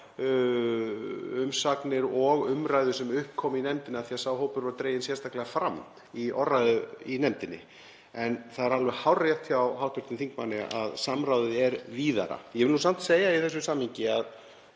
umsagnir og umræðu sem upp kom í nefndinni af því að sá hópur var dreginn sérstaklega fram í orðræðu í nefndinni. En það er alveg hárrétt hjá hv. þingmanni að samráðið er víðara. Ég vil samt segja í þessu samhengi að